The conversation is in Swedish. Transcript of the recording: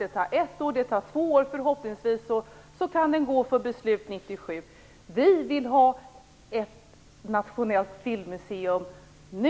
Det tar ett år, det tar två år. Förhoppningsvis kan det bli dags för beslut 1997. Vi vill ha ett nationellt filmmuseum nu.